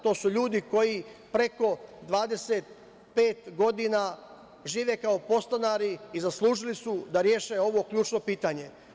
To su ljudi koji preko 25 godina žive kao podstanari i zaslužili su da reše ovo ključno pitanje.